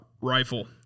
rifle